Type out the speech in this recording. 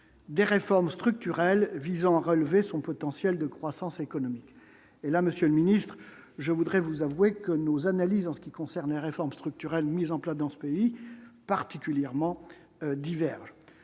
des réformes structurelles visant à relever son potentiel de croissance économique et là, Monsieur le Ministre, je voudrais vous avouer que nos analyses en ce qui concerne les réformes structurelles mises en place dans ce pays particulièrement divergent,